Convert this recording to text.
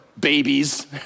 babies